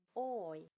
oi